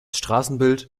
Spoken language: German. straßenbild